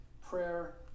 prayer